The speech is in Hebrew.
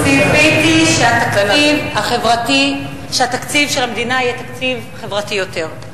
ציפיתי שתקציב המדינה יהיה תקציב חברתי יותר.